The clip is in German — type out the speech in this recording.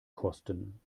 kosten